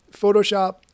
Photoshop